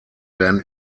werden